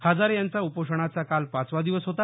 हजारे यांचा उपोषणाचा काल पाचवा दिवस होता